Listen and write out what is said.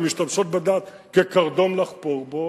והן משתמשות בדת כקרדום לחפור בו.